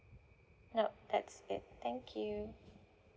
nop that's it thank you